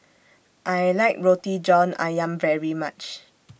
I like Roti John Ayam very much